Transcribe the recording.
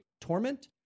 Torment